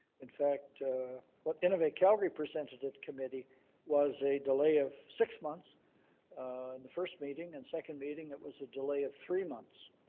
in fact what innovate calgary presented at committee was a delay of six months in the first meeting and second meeting it was a delay of three months.